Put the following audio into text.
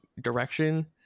direction